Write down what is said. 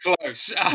Close